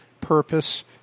purpose